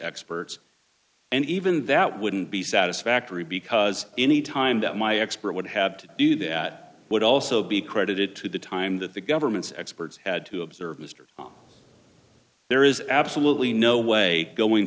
experts and even that wouldn't be satisfactory because any time that my expert would have to do that would also be credited to the time that the government's experts had to observe mister there is absolutely no way going